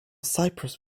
cypress